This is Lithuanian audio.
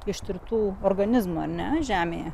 ištirtų organizmo ar ne žemėje